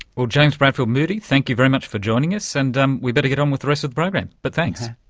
well, james bradfield moody, thank you very much for joining us, and um we'd better get on with the rest of the program, but thanks.